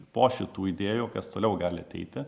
po šitų idėjų kas toliau gali ateiti